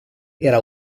era